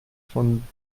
von